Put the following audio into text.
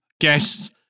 guests